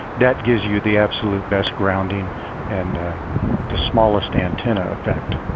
that gives you the absolute best grounding and the smallest antenna effect.